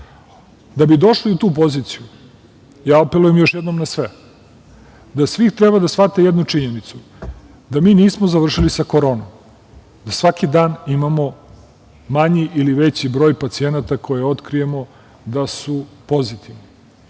bi došli u tu poziciju, ja apelujem još jednom na sve, svi treba da shvate jednu činjenicu, a to je da mi nismo završili sa koronom, da svaki dan imamo manji ili veći broj pacijenata koje otkrijemo da su pozitivni.